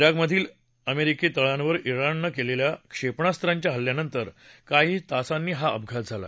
जिकमधील अमेरिकी तळांवर जिणनं केलेल्या क्षेपणास्त्रांच्या हल्ल्यानंतर काही तासांनी हा अपघात झाला